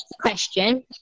question